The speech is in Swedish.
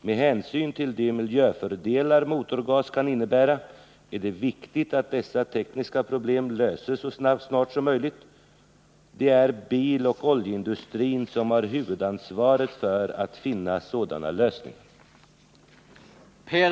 Med hänsyn till de miljöfördelar motorgas kan innebära är det viktigt att dessa tekniska problem löses så snart som möjligt. Det är biloch oljeindustrin som har huvudansvaret för att finna sådana lösningar.